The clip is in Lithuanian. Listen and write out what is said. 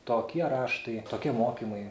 tokie raštai tokie mokymai